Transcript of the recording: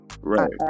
Right